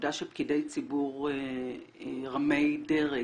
והעובדה שפקידי ציבור רמי דרג